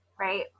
right